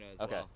Okay